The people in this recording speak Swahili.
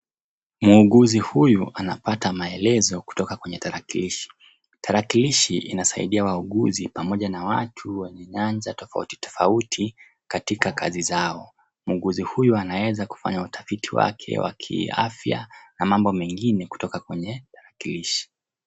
Muuguzi huyu anapata maelezo kutoka kwenye tarakilishi, tarakilishi inasaidia wauguzi pamoja na watu wa nyaja tofauti tofauti katika kazi zao. Muuguzi huyu anaweza kufanya utafiti wake wa kiafya na mambo mengine kutoka kwenye tarakilishi.